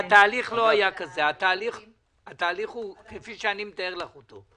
התהליך הוא כפי שאני מתאר לך אותו: